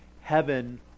heaven